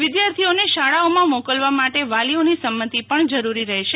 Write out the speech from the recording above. વિદ્યાર્થીઓને શાળાઓમાં મોકલવા માટે વાલીઓની સંમતિ પણ જરૂરી છે